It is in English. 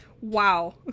Wow